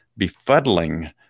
befuddling